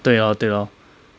对 lor 对 lor